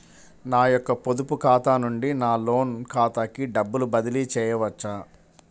నా యొక్క పొదుపు ఖాతా నుండి నా లోన్ ఖాతాకి డబ్బులు బదిలీ చేయవచ్చా?